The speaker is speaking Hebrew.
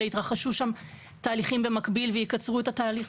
אלא שיתרחשו שם תהליכים במקביל ויקצרו את התהליך.